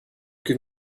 give